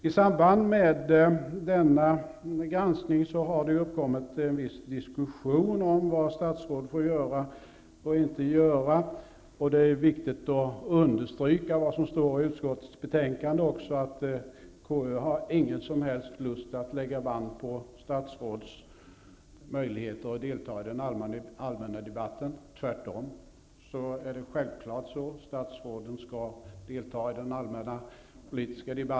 I samband med denna granskning har det uppkommit en viss diskussion om vad statsråd får göra och inte göra. Det är viktigt att understryka det som står i utskottets betänkande, att KU inte har någon som helst lust att lägga band på statsrådens möjligheter att delta i den allmänna debatten. Tvärtom, statsråden skall självfallet delta i den.